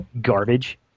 garbage